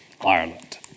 Ireland